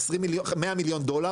של 100 מיליון דולר